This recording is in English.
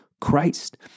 Christ